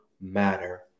matter